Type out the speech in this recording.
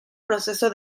proceso